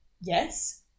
yes